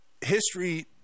history